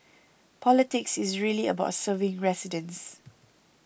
politics is really about serving residents